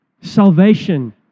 Salvation